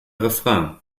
refrain